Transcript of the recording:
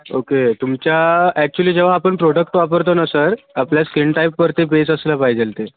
okay तुमच्या actually जेव्हा आपण प्रोडक्ट वापरतो ना सर आपल्या स्किन टाइप वरती बेस असलं पाहिजे ते